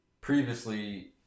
previously